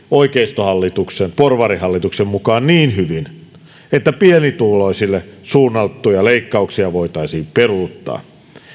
oikeistohallituksen porvarihallituksen mukaan mene ilmeisesti niin hyvin että pienituloisille suunnattuja leikkauksia voitaisiin peruuttaa